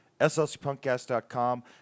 slcpunkcast.com